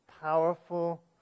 powerful